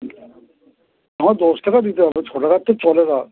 আমাকে দশ টাকার দিতে হবে ছ টাকার তো চলেনা আর